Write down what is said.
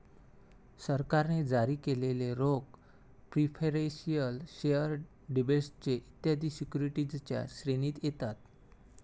सरकारने जारी केलेले रोखे प्रिफरेंशियल शेअर डिबेंचर्स इत्यादी सिक्युरिटीजच्या श्रेणीत येतात